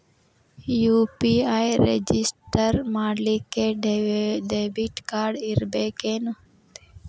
UPI register ಮಾಡ್ಲಿಕ್ಕೆ debit card ಇರ್ಬೇಕೇನು?